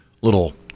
Little